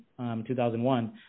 2001